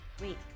wait